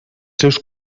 seus